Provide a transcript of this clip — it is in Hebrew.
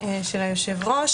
של היושב-ראש.